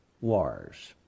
wars